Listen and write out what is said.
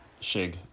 Shig